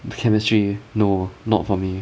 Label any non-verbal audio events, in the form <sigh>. <noise> chemistry no not for me